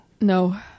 No